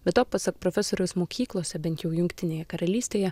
be to pasak profesoriaus mokyklose bent jau jungtinėje karalystėje